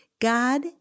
God